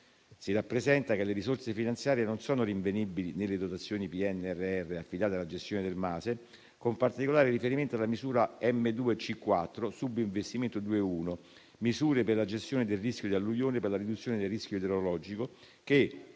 Si rappresenta che le risorse finanziarie non sono rinvenibili nelle dotazioni PNRR affidate alla gestione del MASE, con particolare riferimento alla misura M2 C4, subinvestimento 2.1 (Misure per la gestione del rischio di alluvione e per la riduzione del rischio idrogeologico) che